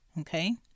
Okay